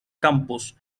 campos